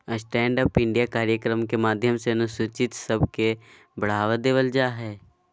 stand up India कार्यक्रम के माध्यम से अनुसूचित सब के बढ़ावा देवल जा हय